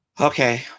Okay